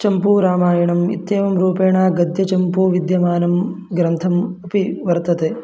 चम्पूरामायणम् इत्येवं रूपेण गद्यचम्पू विद्यमानं ग्रन्थम् अपि वर्तते